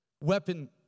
weapon